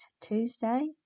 Tuesday